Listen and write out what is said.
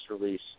release